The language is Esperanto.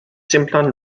simplan